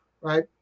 right